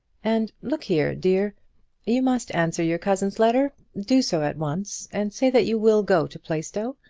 and, look here, dear you must answer your cousin's letter. do so at once, and say that you will go to plaistow.